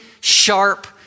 sharp